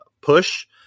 Push